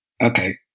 okay